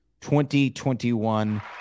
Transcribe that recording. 2021